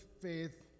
faith